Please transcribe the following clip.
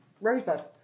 rosebud